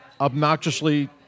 obnoxiously